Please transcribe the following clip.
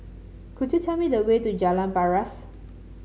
could you tell me the way to Jalan Paras